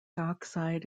oxide